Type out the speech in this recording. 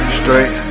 straight